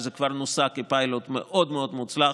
שבו זה כבר נוסה כפיילוט וזה מאוד מאוד מוצלח,